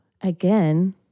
again